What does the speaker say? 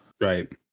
right